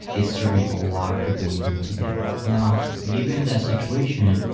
it's serving a lot of people even today. now given that situation,